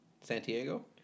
Santiago